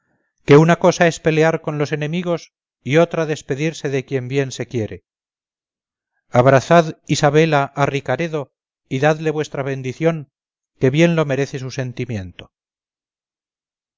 que una cosa es pelear con los enemigos y otra despedirse de quien bien se quiere abrazad isabela a ricaredo y dadle vuestra bendición que bien lo merece su sentimiento